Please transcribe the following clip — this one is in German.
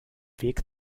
weg